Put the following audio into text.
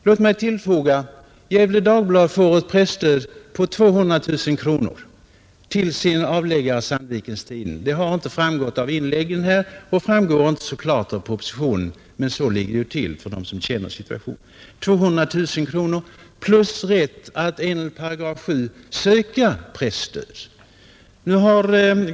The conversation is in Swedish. Låt mig framhålla att Gefle Dagblad får ett presstöd på 200 000 kronor för sin avläggare Sandvikens Tidning — det har inte framgått av inläggen och framgår inte så klart av propositionen, men så ligger det till. GD får alltså 200 000 kronor plus rätt att enligt § 7 söka presstöd.